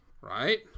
Right